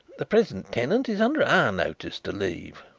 the present tenant is under our notice to leave.